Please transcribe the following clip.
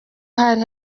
hari